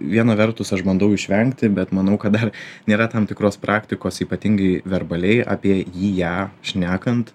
viena vertus aš bandau išvengti bet manau kad dar nėra tam tikros praktikos ypatingai verbaliai apie jį ją šnekant